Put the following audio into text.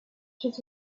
his